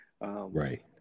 Right